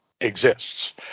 exists